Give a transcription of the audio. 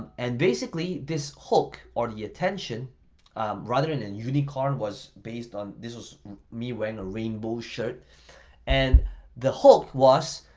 and basically, this hock or the attention rather than a unicorn was based on, this was me wearing a rainbow shirt and the hock was,